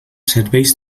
serveis